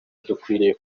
twiteguye